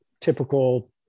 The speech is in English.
typical